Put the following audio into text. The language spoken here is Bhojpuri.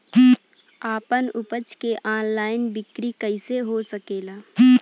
आपन उपज क ऑनलाइन बिक्री कइसे हो सकेला?